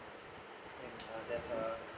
and uh there's a